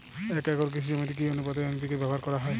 এক একর কৃষি জমিতে কি আনুপাতে এন.পি.কে ব্যবহার করা হয়?